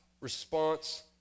response